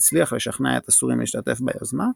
הצליח לשכנע את הסורים להשתתף ביוזמה,